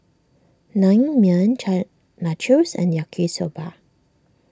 Naengmyeon Nachos and Yaki Soba